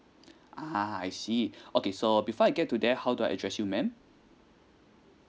ah I see okay so before I get to there how do I address you ma'am